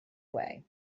way